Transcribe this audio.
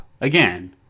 again